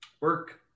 work